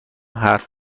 حرف